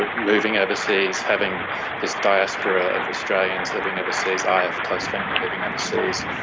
ah moving overseas, having this diaspora of australians living overseas. i have close family living overseas.